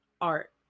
art